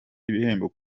ibihembo